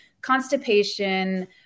constipation